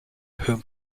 whom